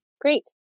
Great